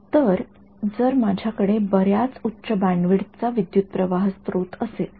तर जर माझ्याकडे बर्याच उच्च बँडविड्थ चा विद्युतप्रवाह स्त्रोत असेल